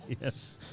yes